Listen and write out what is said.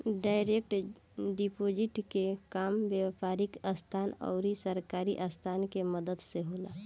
direct deposit के काम व्यापारिक संस्था आउर सरकारी संस्था के मदद से होला